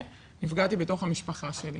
נפגעתי בתוך המשפחה שלי